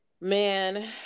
Man